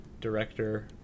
director